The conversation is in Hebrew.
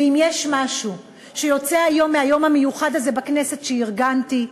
ואם יש משהו שיוצא היום מהיום המיוחד הזה שארגנתי בכנסת,